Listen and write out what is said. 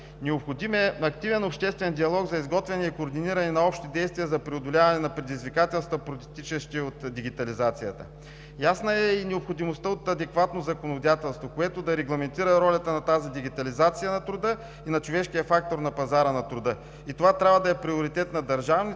Необходим е активен обществен диалог за изготвяне и координиране на общи действия за преодоляване на предизвикателствата, произтичащи от дигитализацията. Ясна е и необходимостта от адекватно законодателство, което да регламентира ролята на тази дигитализация на труда и на човешкия фактор на пазара на труда. И това трябва да е приоритет на държавници,